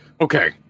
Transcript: Okay